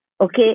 okay